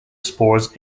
spores